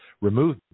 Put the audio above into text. Remove